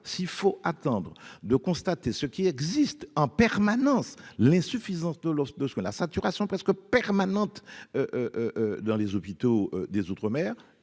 s'il faut attendre de constater ce qui existe en permanence l'insuffisance de l'offre de ce que la facturation presque permanente dans les hôpitaux des mer,